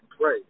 pray